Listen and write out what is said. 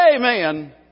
Amen